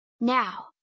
now